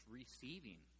receiving